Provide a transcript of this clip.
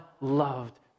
loved